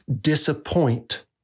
disappoint